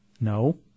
No